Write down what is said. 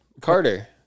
Carter